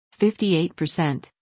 58%